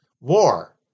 war